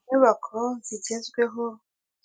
Inyubako zigezweho